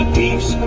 peace